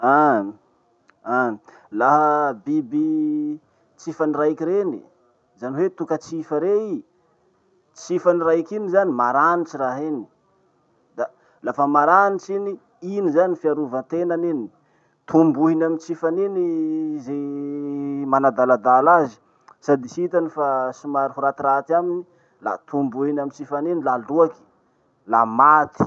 Ein, ein, laha biby tsifany raiky reny, zany hoe tokatsifa rey ii. Tsifany raiky iny zany maranitsy raha iny. Da lafa maranitsy iny, iny zany fiarovatenany iny. Tombohiny amy tsifany iny ze manadaladala azy. Sady hitany fa somary ho ratiraty aminy, la tombohiny amy tsifany iny la loaky, la maty.